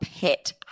pet